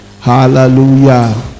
hallelujah